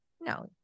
No